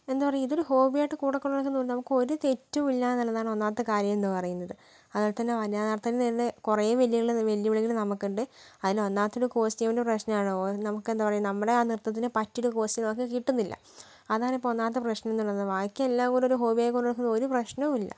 എന്താ പറയാ ഇതൊരു ഹോബിയായിട്ട് കൂടെ കൊണ്ട് നടക്കുന്നത് കൊണ്ട് നമുക്കൊരു തെറ്റും ഇല്ലാന്നുള്ളതാണ് ഒന്നാമത്തെ കാര്യംന്നുപറയുന്നത് അതുപോലെ തന്നെ വനിത നർത്തകർ നേരിടുന്ന കുറെ വെല്ല് വെല്ലുവിളികൾ നമുക്കുണ്ട് അതിൽ ഒന്നാമത്തേത് കോസ്റ്റ്യൂമിൻ്റെ പ്രശ്നമാണ് ഓരോ നമുക്കെന്താ പറയുക നമ്മുടെ ആ നൃത്തത്തിന് പറ്റിയ ഒരു കോസ്റ്റ്യൂം നമുക്ക് കിട്ടുന്നില്ല അതാണിപ്പോൾ ഒന്നാമത്തെ പ്രശ്നംന്നുള്ളത് ബാക്കി എല്ലാംകൊണ്ടും ഒരു ഹോബിയായി കൊണ്ട് നടക്കാൻ ഒരു പ്രശ്നവുമില്ല